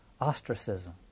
ostracism